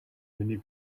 миний